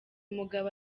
mugabo